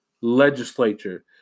legislature